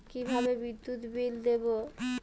কিভাবে বিদ্যুৎ বিল দেবো?